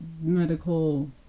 medical